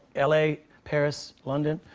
l a, paris, london.